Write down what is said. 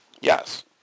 Yes